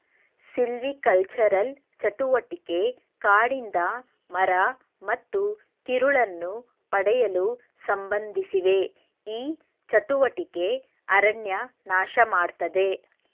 silvicultural ಚಟುವಟಿಕೆ ಕಾಡಿಂದ ಮರ ಮತ್ತು ತಿರುಳನ್ನು ಪಡೆಯಲು ಸಂಬಂಧಿಸಿವೆ ಈ ಚಟುವಟಿಕೆ ಅರಣ್ಯ ನಾಶಮಾಡ್ತದೆ